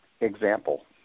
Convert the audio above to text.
example